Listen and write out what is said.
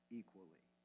equally